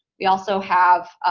we also have